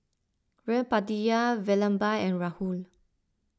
Veerapandiya Vallabhbhai and Rahul